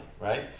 right